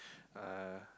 uh